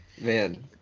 man